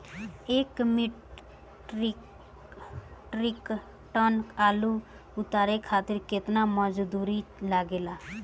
एक metric tonne आलू उतारे खातिर केतना मजदूरी लागेला?